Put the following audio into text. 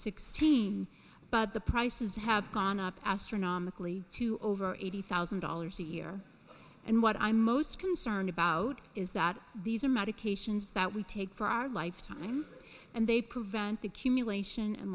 sixteen but the prices have gone up astronomically to over eighty thousand dollars a year and what i'm most concerned about is that these are medications that we take for our lifetime and they prevent